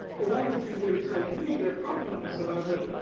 but one of the things they were telling, many of their problems are that,